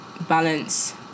balance